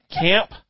Camp